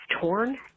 torn